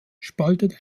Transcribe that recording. spaltet